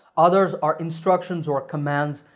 others are instructions or commands,